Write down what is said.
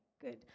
good